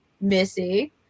missy